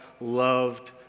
loved